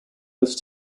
this